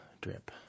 drip